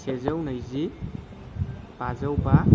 सेजौ नैजि बाजौ बा